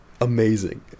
amazing